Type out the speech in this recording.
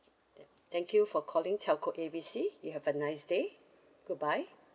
thank you for calling telco A B C you have a nice day goodbye